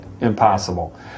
impossible